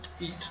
eat